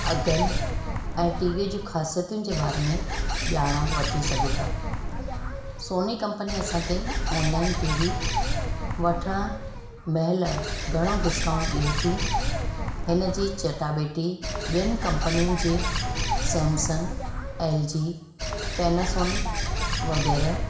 अघनि ऐं टीवीअ जी ख़ासियतुनि जे बारे में ॼाण वठी सघूं था सोनी कंपनी असांखे ऑनलाइन टी वी वठण महिल घणो डिस्काउंट ॾिए थी हिनजी चटाभेटी ॿियनि कंपनी जे सैंमसंग एल जी पेनासॉनिक वग़ैरह